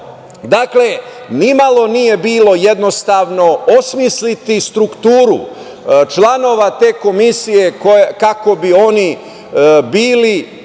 Dakle, nimalo nije bilo jednostavno osmisliti strukturu članova te komisije kako bi oni bili